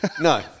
No